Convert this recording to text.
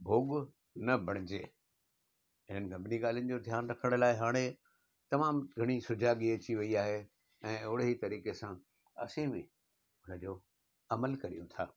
भोॻु न बणिजे ऐं सभिनि ॻाल्हुनि जो ध्यानु रखणु लाइ हाणे तमामु घणी सुजाॻी अची वई आहे ऐं ओढ़े ई तरीक़ै सां असीं बि उन जो अमल करियूं था